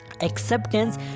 acceptance